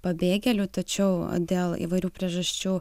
pabėgėlių tačiau dėl įvairių priežasčių